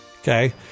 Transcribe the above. okay